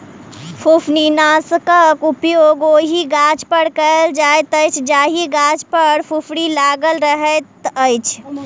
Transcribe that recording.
फुफरीनाशकक प्रयोग ओहि गाछपर कयल जाइत अछि जाहि गाछ पर फुफरी लागल रहैत अछि